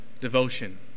devotion